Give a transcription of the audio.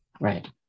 Right